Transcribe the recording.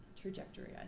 trajectory